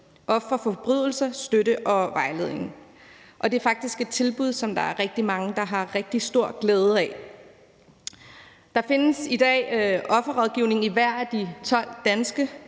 ofre for forbrydelser støtte og vejledning. Det er faktisk et tilbud, som der er rigtig mange der har rigtig stor glæde af. Der findes i dag offerrådgivning i hver af de 12 danske